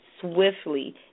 swiftly